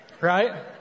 right